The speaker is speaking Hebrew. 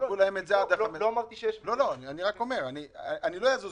למרות שלפי מינהל התכנון